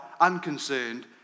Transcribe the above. unconcerned